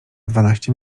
dwanaście